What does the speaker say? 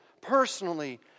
personally